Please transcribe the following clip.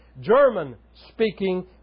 German-speaking